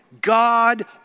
God